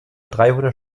dreihundert